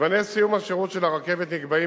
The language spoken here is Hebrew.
זמני סיום השירות של הרכבת נקבעים